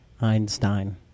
einstein